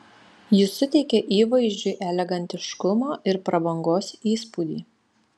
ji suteikia įvaizdžiui elegantiškumo ir prabangos įspūdį